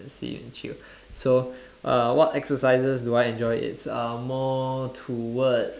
swim and chill so uh what exercises do I enjoy it's uh more towards